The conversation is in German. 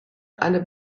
eine